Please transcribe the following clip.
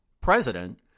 president